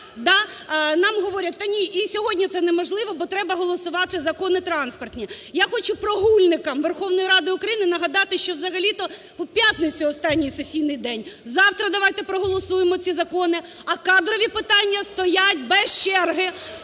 нам говорять, та ні, і сьогодні це неможливо, бо треба голосувати закони транспортні. Я хочу прогульникам Верховної Ради України нагадати, що взагалі-то в п'ятницю останній сесійний день. Завтра давайте проголосуємо ці закони, а кадрові питання строять без черги.